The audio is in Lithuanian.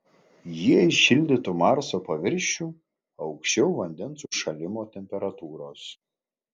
jie įšildytų marso paviršių aukščiau vandens užšalimo temperatūros